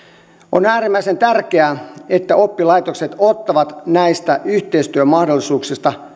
on äärimmäisen tärkeää että oppilaitokset ottavat näistä yhteistyömahdollisuuksista